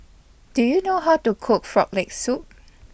Do YOU know How to Cook Frog Leg Soup